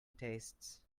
tastes